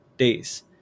Days